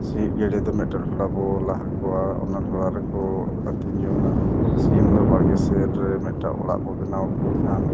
ᱥᱤᱢ ᱜᱮᱰᱮ ᱫᱚ ᱢᱤᱫᱴᱮᱡ ᱰᱷᱚᱲᱟ ᱵᱚᱱ ᱞᱟ ᱟᱠᱚᱣᱟ ᱚᱱᱟ ᱰᱷᱚᱲᱟ ᱨᱮᱠᱚ ᱟᱹᱛᱤᱧ ᱡᱚᱝᱟ ᱥᱤᱢ ᱫᱚ ᱵᱟᱲᱜᱮ ᱥᱮᱫ ᱨᱮ ᱢᱤᱫᱴᱟᱜ ᱚᱲᱟᱜ ᱵᱚᱱ ᱵᱮᱱᱟᱣ ᱟᱠᱚ ᱠᱷᱟᱱ